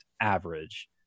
average